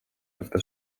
life